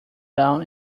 down